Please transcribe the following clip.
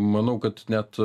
manau kad net